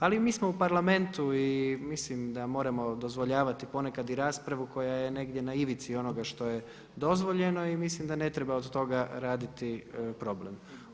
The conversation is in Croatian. Ali mi smo u Parlamentu i mislim da moramo dozvoljavati ponekad i raspravu koja je negdje na ivici onoga što je dozvoljeno i mislim da ne treba od toga raditi problem.